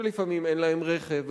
שלפעמים אין להם רכב,